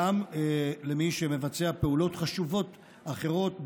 גם למי שמבצע פעולות חשובות אחרות,